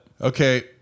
Okay